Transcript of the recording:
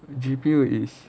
G_P_U is